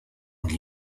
and